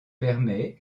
permet